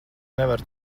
nevar